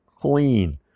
clean